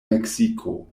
meksiko